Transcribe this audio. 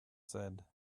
said